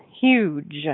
huge